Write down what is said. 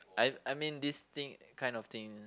I I mean this thing kind of thing